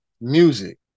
music